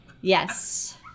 Yes